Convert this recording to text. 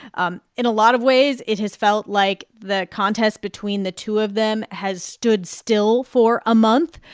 um in a lot of ways, it has felt like the contest between the two of them has stood still for a month.